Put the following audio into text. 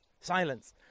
silence